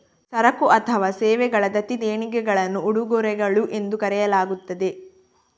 ಸರಕು ಅಥವಾ ಸೇವೆಗಳ ದತ್ತಿ ದೇಣಿಗೆಗಳನ್ನು ಉಡುಗೊರೆಗಳು ಎಂದು ಕರೆಯಲಾಗುತ್ತದೆ